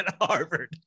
Harvard